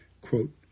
quote